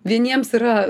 vieniems yra